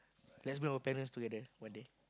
let's go bring our parents together one day